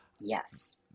Yes